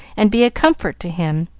and be a comfort to him,